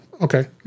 Okay